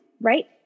right